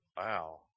Wow